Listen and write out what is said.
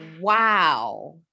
Wow